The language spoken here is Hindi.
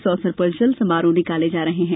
इस अवसर पर चल समारोह निकाले जा रहे हैं